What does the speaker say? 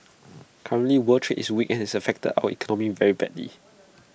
currently world trade is weak and has affected our economy very badly